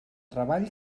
treball